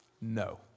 no